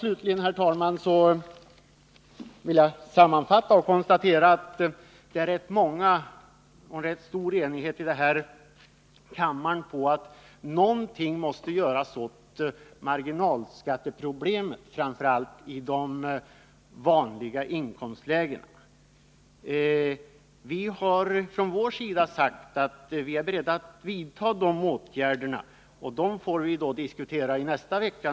Slutligen vill jag sammanfattningsvis konstatera att det råder en ganska stor enighet i denna kammare om att någonting måste göras åt marginalskatteproblemet, framför allt i de vanliga inkomstlägena. Vi har från vår sida sagt att vi är beredda att vidta åtgärder härför. Förslag härom kommer vi att få tillfälle att diskutera i nästa vecka.